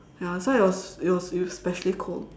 ya so I was it was it was especially cold